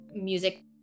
music